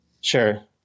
Sure